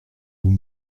vous